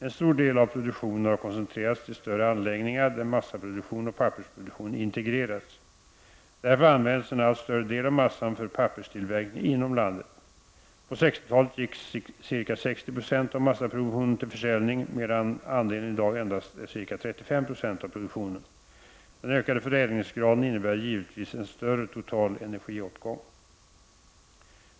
En stor del av produktionen har koncentrerats till större anläggningar, där massaproduktion och pappersproduktion integrerats. Därför används en allt större del av massan för papperstillverkning inom landet. På 60-talet gick ca 60 76 av massaproduktionen till försäljning, medan andelen i dag endast är ca 35 90 av produktionen. Den ökade förädlingsgraden innebär givetvis en större total energiåtgång.